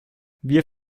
wir